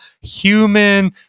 human